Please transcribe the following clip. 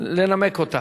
לנמק אותה?